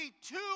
two